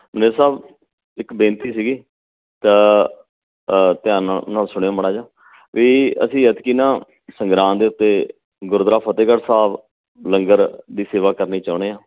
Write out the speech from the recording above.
manager ਸਾਹਿਬ ਇੱਕ ਬੇਨਤੀ ਸੀਗੀ ਧ ਧਿਆਨ ਨਾਲ ਨਾਲ ਸੁਣਿਉ ਮਾੜਾ ਜਿਹਾ ਵੀ ਅਸੀਂ ਐਤਕੀ ਨਾ ਸੰਗਰਾਂਦ ਦੇ ਉੱਤੇ ਗੁਰਦੁਆਰਾ ਫਤਿਹਗੜ੍ਹ ਸਾਹਿਬ ਲੰਗਰ ਦੀ ਸੇਵਾ ਕਰਨੀ ਚਾਹੁੰਦੇ ਹਾਂ